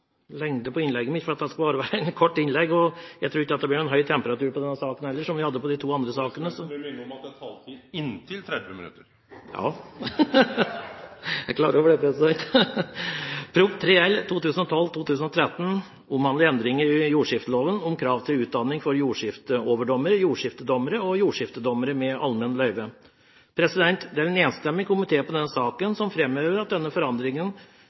taletid på inntil 30 minutt. Jeg tror kanskje jeg har fått litt for lang taletid, for dette skal bare være et kort innlegg, og jeg tror heller ikke det blir noen høy temperatur i denne saken, slik vi hadde i de to foregående sakene. Presidenten vil minne om at taletida er på inntil 30 minutt. Jeg er klar over det, president! Denne proposisjonen, Prop. 3 L for 2012–2013, omhandler endringer i jordskifteloven om kravene til utdanning for jordskifteoverdommere, jordskiftedommere og jordskifteeiendommer med allment løyve. I denne saken er det en enstemmig komité som framhever at denne